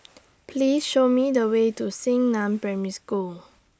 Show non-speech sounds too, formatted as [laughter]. [noise] Please Show Me The Way to Xingnan Primary School